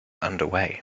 underway